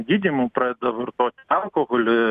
gydymo pradeda vartot alkoholį